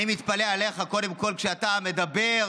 אני מתפלא עליך, קודם כול, שאתה מדבר,